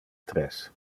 tres